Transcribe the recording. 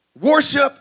Worship